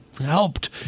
helped